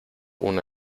una